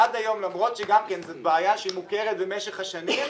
עד היום, למרות שגם זו בעיה שמוכרת במשך השנים,